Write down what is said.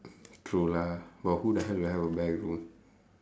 true lah but who the hell would have a black room